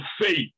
faith